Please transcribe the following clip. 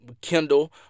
kindle